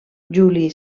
juli